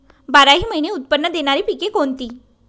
बाराही महिने उत्त्पन्न देणारी पिके कोणती?